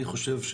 אני חושב,